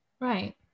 Right